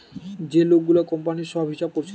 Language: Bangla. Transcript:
যে লোক গুলা কোম্পানির সব হিসাব কোরছে